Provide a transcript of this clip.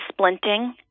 splinting